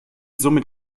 somit